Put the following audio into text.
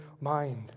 mind